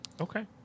Okay